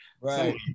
right